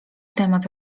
temat